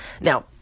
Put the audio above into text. Now